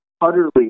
utterly